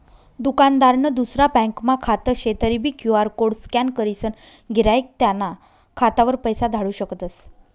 दुकानदारनं दुसरा ब्यांकमा खातं शे तरीबी क्यु.आर कोड स्कॅन करीसन गिराईक त्याना खातावर पैसा धाडू शकतस